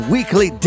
Weekly